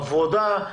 עבודה,